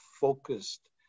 focused